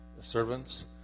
servants